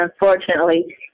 unfortunately